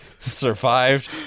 survived